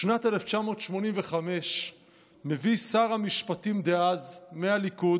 בשנת 1985 מביא שר המשפטים דאז מהליכוד,